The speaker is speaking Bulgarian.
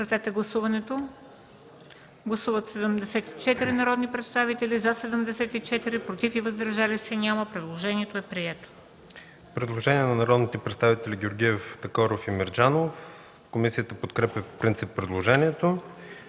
Предложението е прието.